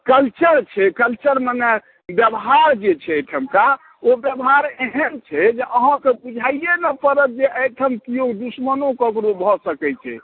culture छै culture मने व्यवहार जे छै एहिठामका ओ व्यवहार एहन छै जे अहाँकऽ बुझाइये नहि पड़त जे एहिठाम केओ दुश्मनो ककरो भऽ सकैत छै